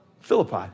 Philippi